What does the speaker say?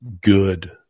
good